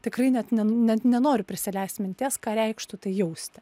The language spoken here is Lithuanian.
tikrai net ne net nenoriu prisileisti minties ką reikštų tai jausti